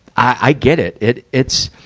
i get it. it, it's,